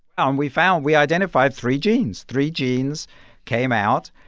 um we found we identified three genes. three genes came out,